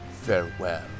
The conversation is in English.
farewell